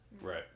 Right